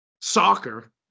soccer